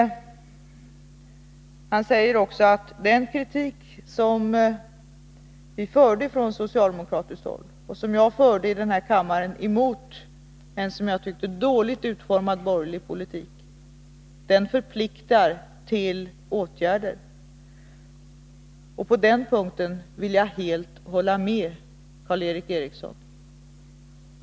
Karl Erik Eriksson säger också att den kritik som vi förde fram från socialdemokratiskt håll och som jag förde fram i den här kammaren mot en enligt min mening dåligt utformad borgerlig politik förpliktar till åtgärder. På den punkten vill jag helt hålla med Karl Erik Eriksson.